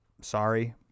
Sorry